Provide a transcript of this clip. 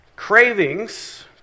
cravings